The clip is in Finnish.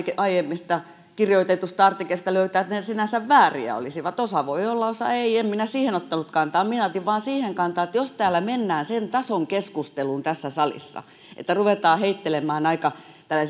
aiemmista kirjoitetuista artikkeleista löytää sinänsä vääriä olisivat osa voi olla osa ei en minä siihen ottanut kantaa minä otin vain siihen kantaa että jos mennään sen tason keskusteluun tässä salissa että ruvetaan heittelemään aika